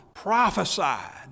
prophesied